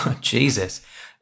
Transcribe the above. Jesus